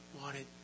wanted